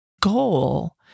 goal